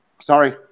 Sorry